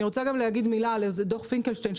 ואני רוצה להגיד מילה על דוח פינקלשטיין,